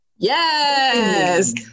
Yes